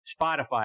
Spotify